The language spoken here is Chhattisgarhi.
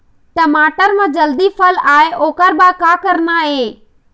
टमाटर म जल्दी फल आय ओकर बर का करना ये?